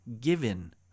given